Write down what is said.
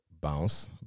bounce